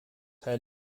had